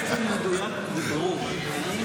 התנחלויות.